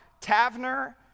Tavner